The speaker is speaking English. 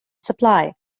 supply